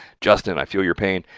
justin, i feel your pain.